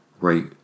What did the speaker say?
Right